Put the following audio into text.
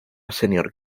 senior